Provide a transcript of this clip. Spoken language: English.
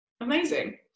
Amazing